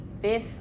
fifth